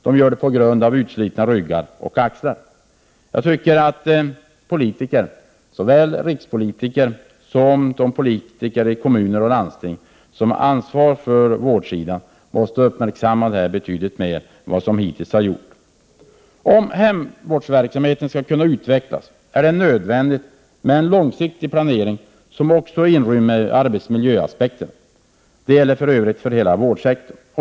De gör det på grund av utslitna ryggar och axlar. Jag tycker att politikerna, såväl rikspolitiker som de politiker i kommuner och landsting som har ansvaret för vården, måste uppmärksamma detta betydligt mer än som hittills har gjorts. Om hemvårdsverksamheten skall kunna utvecklas är det nödvändigt med en långsiktig planering, som också inrymmer arbetsmiljöaspekter. Det gäller för övrigt för hela vårdsektorn.